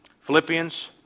Philippians